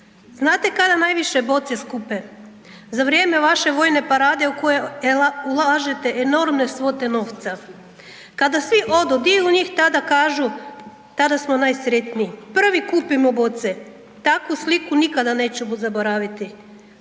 Znate kada najviše boce skupe? Za vrijeme vaše vojne parade u koje ulažete enormne svote novca. Kada svi odu, dio njih tada kažu, tada smo najsretniji. Prvi kupimo boce. Takvu sliku nikada neću zaboraviti.